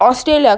australia